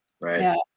right